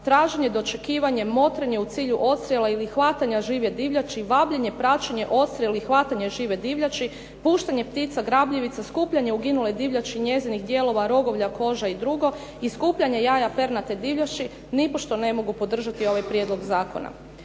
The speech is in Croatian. traženje, dočekivanje, motrenje u cilju odstrela ili hvatanja žive divljači, vabljenje, praćenje, odstrel i hvatanje žive divljači, puštanje ptica grabljivica, skupljanje uginule divljači i njezinih dijelova rogovlja, koža i drugo i skupljanje jaja pernate divljači nipošto ne mogu podržati ovaj prijedlog zakona.